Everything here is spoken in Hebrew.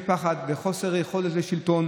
מפחד וחוסר יכולת לשלוט,